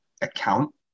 account